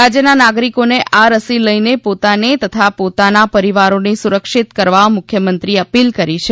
રાજ્યના નાગરીકોને આ રસી લઇને પોતાને તથા પોતાના પરિવારોને સુરક્ષીત કરવા મુખ્યમંત્રીએ અપીલ કરી છે